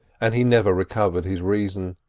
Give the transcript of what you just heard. and he never recovered his reason.